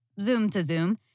Zoom-to-Zoom